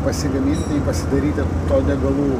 pasigamint pasidairyt ir to degalų